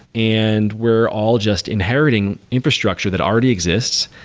and we're all just inheriting infrastructure that already exists.